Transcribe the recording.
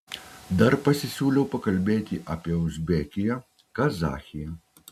dar pasisiūliau pakalbėti apie uzbekiją kazachiją